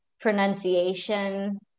pronunciation